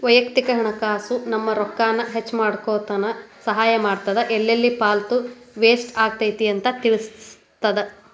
ವಯಕ್ತಿಕ ಹಣಕಾಸ್ ನಮ್ಮ ರೊಕ್ಕಾನ ಹೆಚ್ಮಾಡ್ಕೊನಕ ಸಹಾಯ ಮಾಡ್ತದ ಎಲ್ಲೆಲ್ಲಿ ಪಾಲ್ತು ವೇಸ್ಟ್ ಆಗತೈತಿ ಅಂತ ತಿಳಿತದ